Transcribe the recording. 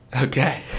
Okay